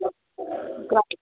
ओकरा